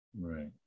Right